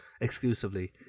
exclusively